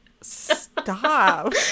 stop